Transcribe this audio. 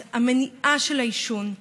אז המניעה של העישון,